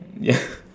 ya